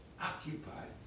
occupied